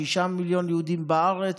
שישה מיליון יהודים בארץ,